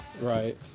right